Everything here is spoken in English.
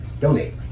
donate